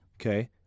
Okay